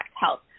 health